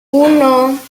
uno